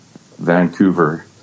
Vancouver